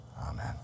Amen